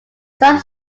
some